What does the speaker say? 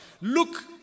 look